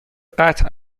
قطع